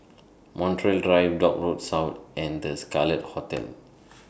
Montreal Drive Dock Road South and The Scarlet Hotel